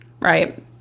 right